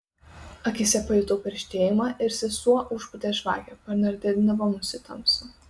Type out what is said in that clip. akyse pajutau perštėjimą ir sesuo užpūtė žvakę panardindama mus į tamsą